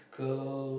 girl